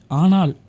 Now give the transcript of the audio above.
anal